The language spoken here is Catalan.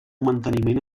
manteniment